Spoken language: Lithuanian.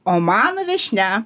o mano viešnia